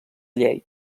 llei